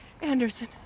Anderson